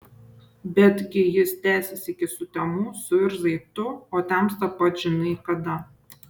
betgi jis tęsis iki sutemų suirzai tu o temsta pats žinai kada